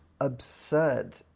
absurd